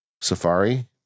safari